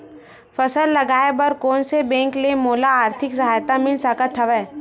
फसल लगाये बर कोन से बैंक ले मोला आर्थिक सहायता मिल सकत हवय?